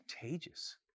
contagious